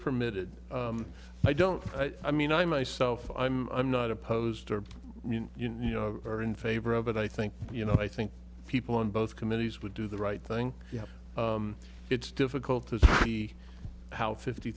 permitted i don't i mean i myself i'm i'm not opposed to you know in favor of it i think you know i think people on both committees would do the right thing yeah it's difficult to see how fifty